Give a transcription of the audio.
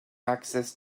access